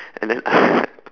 and then